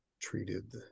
treated